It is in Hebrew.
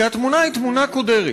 כי התמונה היא תמונה קודרת.